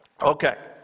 Okay